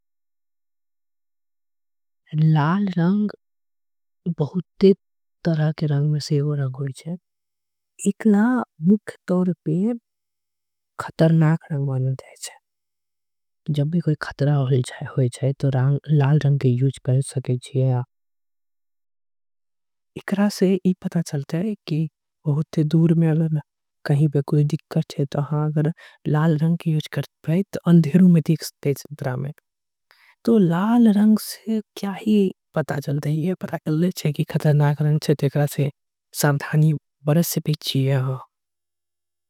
लाल रंग बहुते रंग में एक रंग में से एको। रंग होखे एकरा खतरनाक रंग माने जाए। छीये खतरा होय छे त लाल रंग के यूज करे। छीये एकरा से ई पता चलतय की कोनो में। कुछ दिक्कत हे त लाल रंग के यूज करतय। लाल रंग से सावधानी बरते छीये।